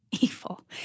evil